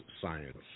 science